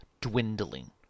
dwindling